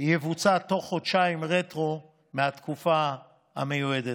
יבוצע תוך חודשיים רטרו מהתקופה המיועדת.